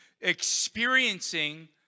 experiencing